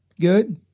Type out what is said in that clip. good